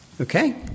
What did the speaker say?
Okay